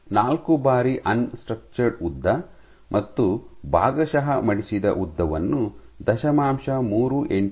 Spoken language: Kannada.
ನಾಲ್ಕು ಬಾರಿ ಅನ್ ಸ್ಟ್ರಕ್ಚರ್ಡ್ ಉದ್ದ ಮತ್ತು ಭಾಗಶಃ ಮಡಿಸಿದ ಉದ್ದವನ್ನು ದಶಮಾಂಶ ಮೂರು ಎಂಟು 0